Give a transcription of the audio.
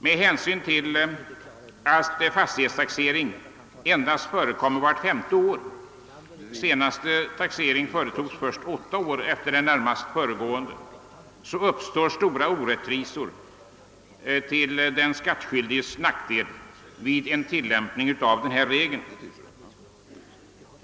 Med hänsyn till att fastighetstaxering endast förekommer vart femte år — den senaste taxeringen företogs först åtta år efter den närmast föregående — uppstår stora orättvisor till den skattskyldiges nackdel vid en tillämpning av denna regel.